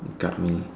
you got me